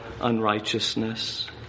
unrighteousness